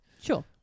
Sure